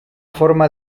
forma